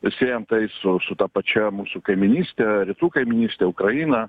siejam su su ta pačia mūsų kaimynyste rytų kaimynyste ukraina